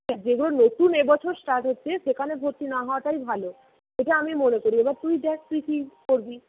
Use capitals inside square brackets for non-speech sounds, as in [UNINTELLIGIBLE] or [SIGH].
[UNINTELLIGIBLE] যেগুলো নতুন এবছর স্টার্ট হচ্ছে সেখানে ভর্তি না হওয়াটাই ভালো সেটা আমি মনে করি এবার তুই দেখ তুই কী করবি